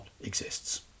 exists